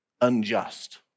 unjust